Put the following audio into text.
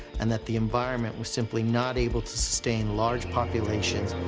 and that the environment was simply not able to sustain large populations.